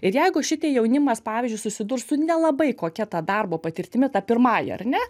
ir jeigu šitie jaunimas pavyzdžiui susidurs su nelabai kokia ta darbo patirtimi ta pirmąja ar ne